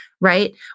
right